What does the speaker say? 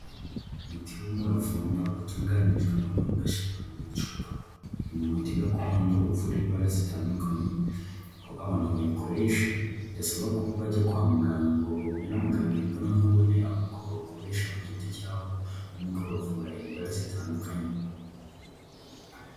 Umuti w'umuravumba utunganijwe noneho ugashyirwa mu icupa; ni umuti gakondo uvura indwara zitandukanye, aho abantu bayikoresha, bidasaba ko bajya kwa muganga ngo bahure na muganga imbona nkubone; ahubwo bawukoresha ku giti cyabo nuko ukabavura indwara zitandukanye.